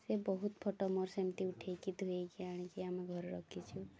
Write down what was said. ସେ ବହୁତ ଫଟୋ ମୋର ସେମିତି ଉଠାଇକି ଧୋଇକି ଆଣିକି ଆମେ ଘରେ ରଖିଛୁ